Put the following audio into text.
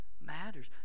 matters